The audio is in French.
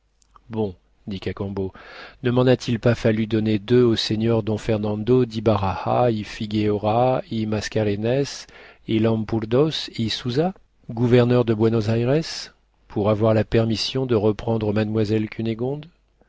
bon dit cacambo ne m'en a-t-il pas fallu donner deux au senor don fernando d'ibaraa y figueora y mascarenès y lampourdos y souza gouverneur de buénos ayres pour avoir la permission de reprendre mademoiselle